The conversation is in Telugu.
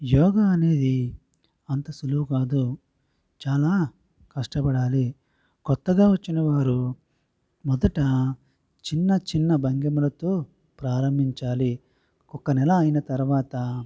యోగా అనేది అంత సులువు కాదు చాలా కష్టపడాలి కొత్తగా వచ్చినవారు మొదట చిన్న చిన్న భంగిమలతో ప్రారంభించాలి ఒక నెల అయిన తరువాత